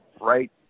right